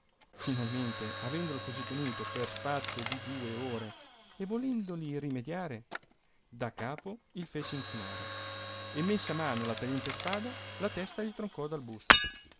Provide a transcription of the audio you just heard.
finalmente avendolo così tenuto per spazio di due ore e volendoli remediare da capo il fece inchinare e messa mano alla tagliente spada la testa gli troncò dal busto